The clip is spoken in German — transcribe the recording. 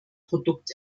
produkt